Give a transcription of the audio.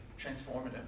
transformative